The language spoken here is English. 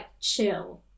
chill